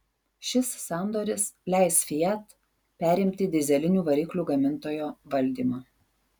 šis sandoris leis fiat perimti dyzelinių variklių gamintojo valdymą